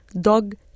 dog